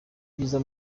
byiza